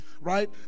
right